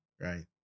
Right